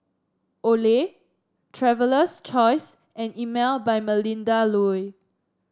Olay Traveler's Choice and Emel by Melinda Looi